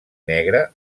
negra